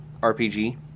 RPG